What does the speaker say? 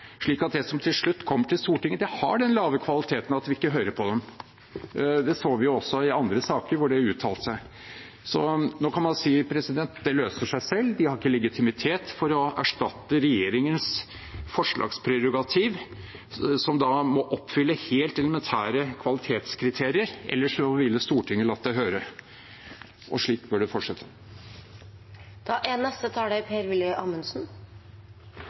slik at det som til slutt kommer til Stortinget, har den lave kvaliteten at vi ikke hører på dem. Det har vi også sett i andre saker der de har uttalt seg. Nå kan man si at det løser seg selv. De har ikke legitimitet til å erstatte regjeringens forslagsprerogativ, som må oppfylle helt elementære kvalitetskriterier, ellers ville Stortinget latt det høre. Og slik bør det fortsette.